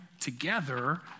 together